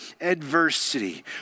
adversity